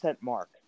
mark